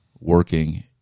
working